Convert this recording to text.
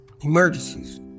emergencies